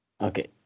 Okay